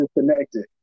disconnected